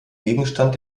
gegenstand